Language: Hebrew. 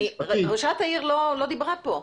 ראשת העיר לא דיברה פה.